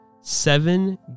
seven